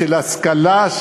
של השכלה,